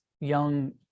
young